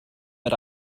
but